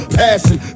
passion